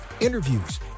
interviews